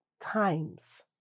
times